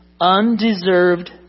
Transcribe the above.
Undeserved